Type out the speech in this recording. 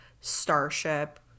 Starship